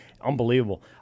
unbelievable